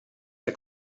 der